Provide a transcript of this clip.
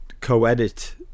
co-edit